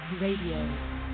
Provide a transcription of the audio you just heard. Radio